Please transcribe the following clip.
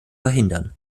verhindern